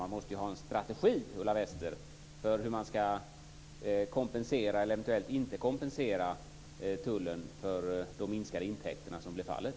Man måste ha en strategi, Ulla Wester, för hur man ska kompensera, eventuellt inte kompensera, tullen för de minskade intäkterna som blir fallet.